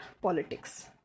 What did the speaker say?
politics